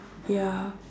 ya